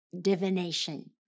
divination